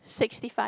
sixty five